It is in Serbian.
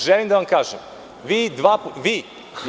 Želim da vam kažem, vi…